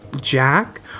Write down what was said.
Jack